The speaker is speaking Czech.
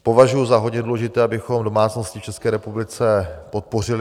Považuji za hodně důležité, abychom domácnosti v České republice podpořili.